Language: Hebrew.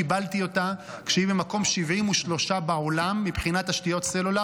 קיבלתי אותה כשהיא במקום 73 בעולם מבחינת תשתיות סלולר,